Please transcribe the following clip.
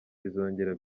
bizongera